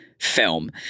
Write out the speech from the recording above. film